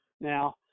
now